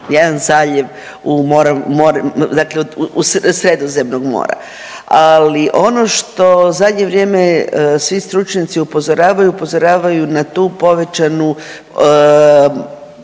dakle u, Sredozemnog mora. Ali ono što u zadnje vrijeme svi stručnjaci upozoravaju upozoravaju na tu povećanu